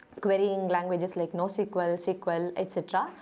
querying languages like nosql, sql etc.